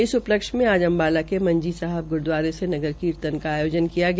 इस उसलक्ष्य में आज अम्बाला के मंजी साहिब गुरूद्वारा से नगर कीर्तन का आयोजन किया गया